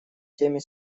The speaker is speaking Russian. теме